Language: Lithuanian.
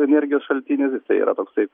energijos šaltinių jisai yra toksai